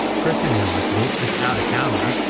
first thing we want to do is add a camera